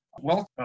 welcome